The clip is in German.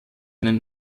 einen